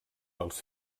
dels